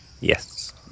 Yes